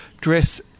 dress